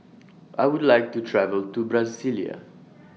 I Would like to travel to Brasilia